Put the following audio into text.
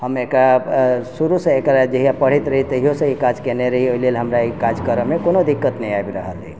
हम एकरा अऽ शुरूसँ एकरा जहिया पढ़ैत रहियै तहियो से ई काज केने रहियै ओइ लेल हमरा ई काज करऽमे कोनो दिक्कत नहि आबि रहलै